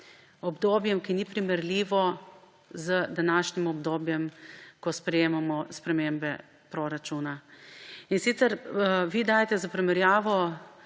obdobjem, ki ni primerljivo z današnjim obdobjem, ko sprejemamo spremembe proračuna. In sicer, vi dajete za primerjavo